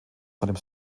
seinem